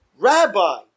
Rabbi